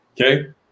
okay